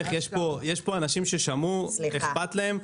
יש פה אנשים ששמעו ואכפת להם,